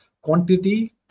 quantity